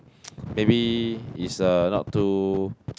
maybe is a not too